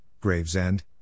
Gravesend